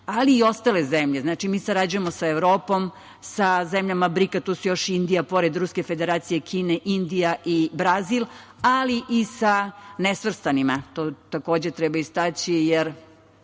ali i ostale zemlje. Znači, mi sarađujemo sa Evropom, sa zemljama Brikatus, još Indija, pored Ruske Federacije i Kine, i Brazil, ali i sa nesvrstanima. To, takođe, treba istaći, jer